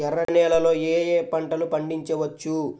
ఎర్ర నేలలలో ఏయే పంటలు పండించవచ్చు?